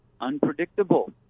unpredictable